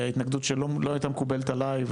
התנגדות שלא הייתה מקובלת עליי,